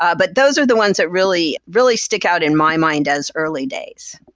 ah but those are the ones that really, really stick out in my mind as early days.